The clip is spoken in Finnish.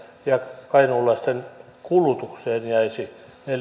ja kainuulaisten kulutukseen jäisi neljätoista prosenttia